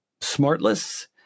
Smartless